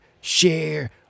share